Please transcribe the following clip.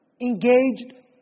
engaged